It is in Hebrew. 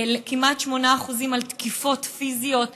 כמעט 8% על תקיפות פיזיות אלימות.